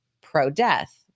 pro-death